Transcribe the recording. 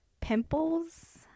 pimples